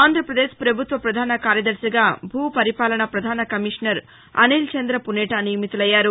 ఆంధ్రప్రదేశ్ ప్రభుత్వ పధాన కార్యదర్శిగా భూపరిపాలన పధాన కమిషనర్ అనిల్చంద పునేఠ నియమితులయ్యారు